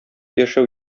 яшәү